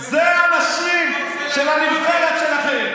אלה האנשים של הנבחרת שלכם.